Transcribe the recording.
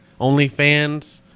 OnlyFans